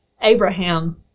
Abraham